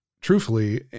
truthfully